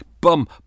bum